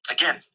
Again